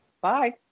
Bye